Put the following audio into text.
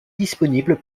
disponibles